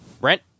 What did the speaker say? Brent